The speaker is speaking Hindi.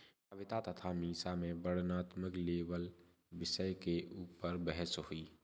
कविता तथा मीसा में वर्णनात्मक लेबल विषय के ऊपर बहस हुई